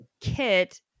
kit